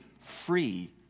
free